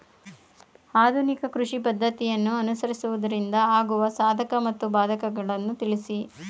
ಆಧುನಿಕ ಕೃಷಿ ಪದ್ದತಿಯನ್ನು ಅನುಸರಿಸುವುದರಿಂದ ಆಗುವ ಸಾಧಕ ಮತ್ತು ಬಾಧಕಗಳನ್ನು ತಿಳಿಸಿ?